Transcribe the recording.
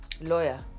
Lawyer